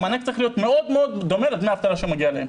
המענק צריך להיות מאוד מאוד דומה לדמי אבטלה שמגיע להם.